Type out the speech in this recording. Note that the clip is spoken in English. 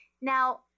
Now